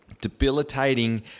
debilitating